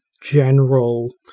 general